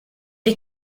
est